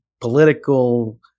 political